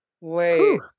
Wait